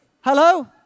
Hello